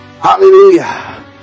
Hallelujah